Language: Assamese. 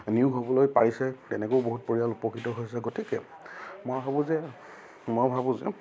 নিয়োগ হ'বলৈ পাৰিছে তেনেকৈও বহুত পৰিয়াল উপকৃত হৈছে গতিকে মই ভাবোঁ যে মই ভাবোঁ যে